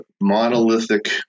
monolithic